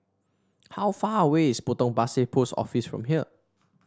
how far away is Potong Pasir Post Office from here